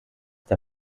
der